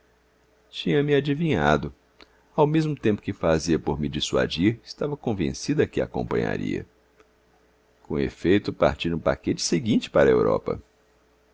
eterna tinha-me adivinhado ao mesmo tempo que fazia por me dissuadir estava convencida de que a acompanharia com efeito parti no paquete seguinte para a europa